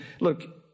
Look